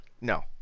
No